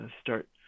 start